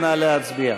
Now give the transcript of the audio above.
נא להצביע.